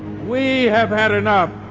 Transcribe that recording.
we have had enough.